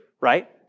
right